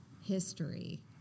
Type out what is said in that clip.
history